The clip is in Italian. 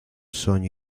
sogno